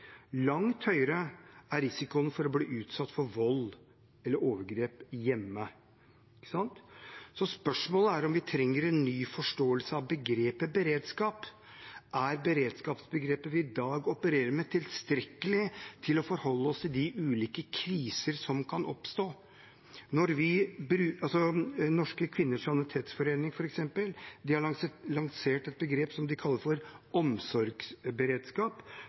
Langt høyere er risikoen for å bli utsatt for vold eller overgrep hjemme. Så spørsmålet er om vi trenger en ny forståelse av begrepet beredskap. Er beredskapsbegrepet vi i dag opererer med, tilstrekkelig for å forholde oss til de ulike kriser som kan oppstå? Norske Kvinners Sanitetsforening, f.eks., har lansert et begrep som de kaller for omsorgsberedskap,